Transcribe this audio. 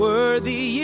Worthy